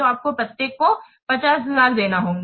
तो आपको प्रत्येक को 50000 देना होगा